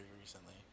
recently